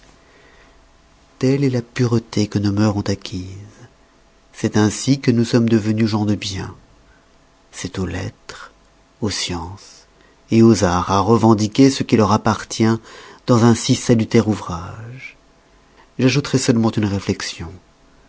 telle est la pureté que nos mœurs ont acquise c'est ainsi que nous sommes devenus gens de bien c'est aux lettres aux sciences aux arts à revendiquer ce qui leur appartient dans un si salutaire ouvrage j'ajouterai seulement une réflexion